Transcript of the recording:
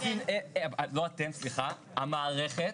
והמערכת,